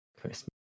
Christmas